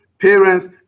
parents